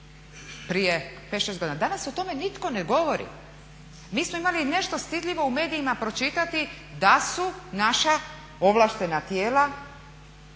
prije 5-6 godina, danas o tome nitko ne govori. Mi smo imali nešto stidljivo u medijima pročitati da su naša ovlaštena tijela